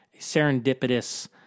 serendipitous